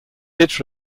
its